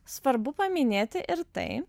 svarbu paminėti ir tai